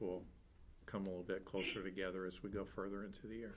will come a little bit closer together as we go further into the